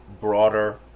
broader